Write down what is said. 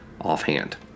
offhand